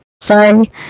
Sorry